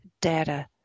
data